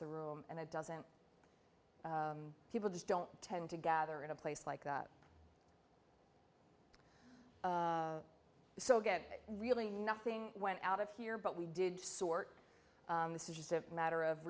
the room and it doesn't people just don't tend to gather in a place like that so again really nothing went out of here but we did sort this is just a matter of